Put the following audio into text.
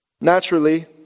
Naturally